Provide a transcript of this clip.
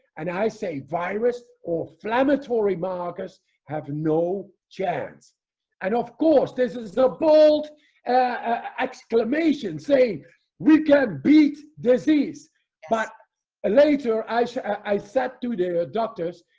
and i say virus or flama. tory markers have no chance and of course, this is the bold exclamation saying we can beat disease but ah later, as so i said to their ah doctors.